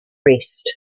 rest